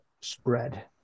spread